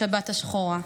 בשבת השחורה.